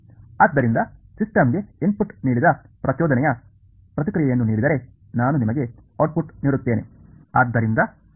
ಆದ್ದರಿಂದ ಸಿಸ್ಟಮ್ಗೆ ಇನ್ಪುಟ್ ನೀಡಿದ ಪ್ರಚೋದನೆಯ ಪ್ರತಿಕ್ರಿಯೆಯನ್ನು ನೀಡಿದರೆ ನಾನು ನಿಮಗೆ ಔಟ್ಪುಟ್ ನೀಡುತ್ತೇನೆ